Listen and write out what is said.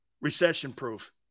recession-proof